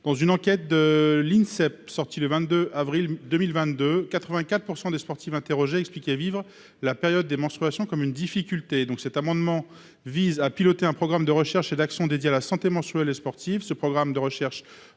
et de la performance, parue le 22 avril 2022, quelque 84 % des sportives interrogées expliquaient vivre la période des menstruations comme une difficulté. Cet amendement vise à piloter un programme de recherche et d'actions dédié à la santé menstruelle des sportives.